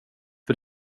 för